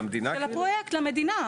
למדינה.